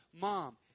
Mom